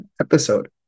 episode